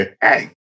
hey